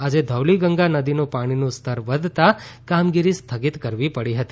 આજે ધૌલી ગંગા નદીનું પાણીનું સ્તર વધતાં કામગીરી સ્થગિત કરવી પડી હતી